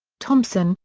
thompson,